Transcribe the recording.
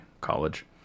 college